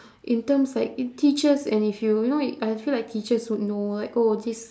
in terms like in teachers and if you you know like I feel like teachers would know like oh this